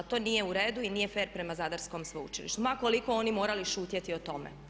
To nije u redu i nije fer prema zadarskom sveučilištu ma koliko oni morali šutjeti o tome.